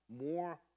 more